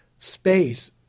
space